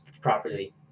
properly